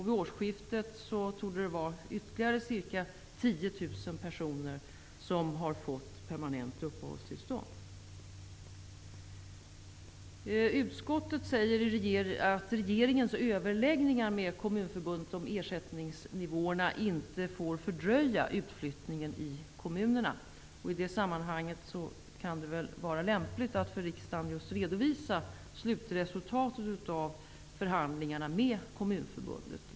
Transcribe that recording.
Vid årsskiftet torde det finnas ytterligare ca 10 000 personer som har fått permanent uppehållstillstånd. Utskottet säger att regeringens överläggningar med Kommunförbundet om ersättningsnivåerna inte får fördröja utflyttningen i kommunerna. I det sammanhanget kan det vara lämpligt att för riksdagen redovisa slutresultatet av förhandlingarna med Kommunförbundet.